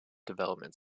development